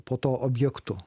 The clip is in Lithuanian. po to objektu